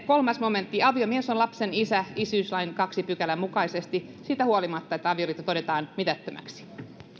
kolmas momentti aviomies on lapsen isä isyyslain toisen pykälän mukaisesti siitä huolimatta että avioliitto todetaan mitättömäksi